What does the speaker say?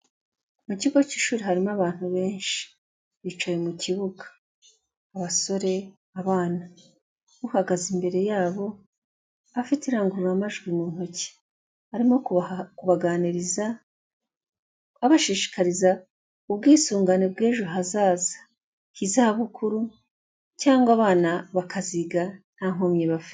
Mu kigo k'ishuri harimo abantu benshi bicaye mu kibuga. Abasore, abana uhagaze imbere yabo afite irangururamajwi mu ntoki, arimo kubaganiriza abashishikariza ubwisungane bw'ejo hazaza hizabukuru, cyangwa abana bakaziga nta nkomyi bafite.